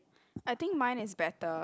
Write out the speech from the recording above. I think mine is better